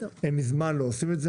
הם מזמן לא עושים את זה,